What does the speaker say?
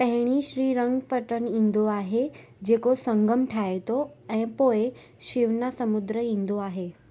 पहिरियों श्रीरंगपटन ईंदो आहे जेको संगम ठाहे थो ऐं पोइ शिवनासमुद्र ईंदो आहे